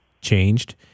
changed